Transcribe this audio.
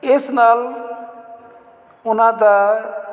ਇਸ ਨਾਲ ਉਹਨਾਂ ਦਾ